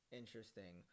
interesting